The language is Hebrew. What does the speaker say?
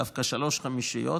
דווקא שלוש-חמישיות.